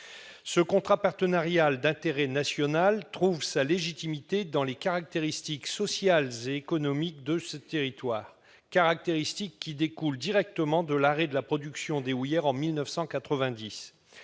Ce contrat partenarial d'intérêt national trouve sa légitimité dans les caractéristiques sociales et économiques de ce territoire, caractéristiques découlant directement de l'arrêt de la production des houillères en 1990.